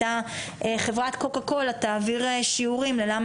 חברת קוקה קולה תעביר שיעורים ללמה